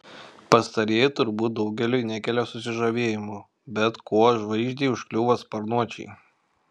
pastarieji turbūt daugeliui nekelia susižavėjimo bet kuo žvaigždei užkliuvo sparnuočiai